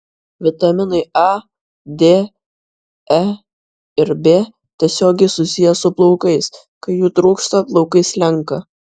vitaminai a d e ir b tiesiogiai susiję su plaukais kai jų trūksta plaukai slenka